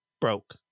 broke